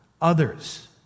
others